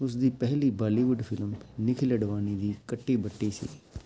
ਉਸ ਦੀ ਪਹਿਲੀ ਬਾਲੀਵੁੱਡ ਫਿਲਮ ਨਿਖਿਲ ਅਡਵਾਨੀ ਦੀ ਕੱਟੀ ਬੱਟੀ ਸੀ